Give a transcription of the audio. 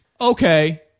okay